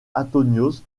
anthonioz